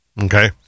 Okay